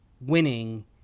winning